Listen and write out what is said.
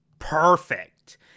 perfect